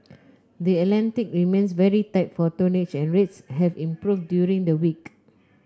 the Atlantic remains very tight for tonnage and rates have improved during the week